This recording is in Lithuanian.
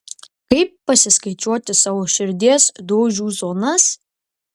kaip pasiskaičiuoti savo širdies dūžių zonas